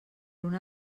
una